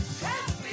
Happy